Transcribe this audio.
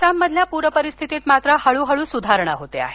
आसाममधील पूर परिस्थितीत मात्र हळूहळू सुधारणा होत आहे